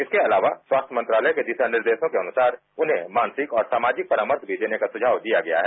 इसके अलावा स्वास्थ्य मंत्रालय के दिशानिर्देशों के अनुसार उन्हें मानसिक और सामाजिक परामर्श देने का भी सुझाव दिया गया है